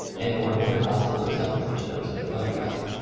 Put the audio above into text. and bore no possible resemblance to those in the photograph.